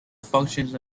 functions